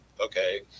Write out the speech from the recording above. okay